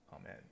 Amen